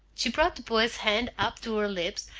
she brought the boy's hand up to her lips,